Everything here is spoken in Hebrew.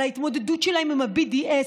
על ההתמודדות שלהם עם ה-BDS,